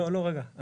לא, רגע.